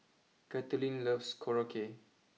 Kathleen loves Korokke